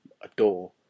adore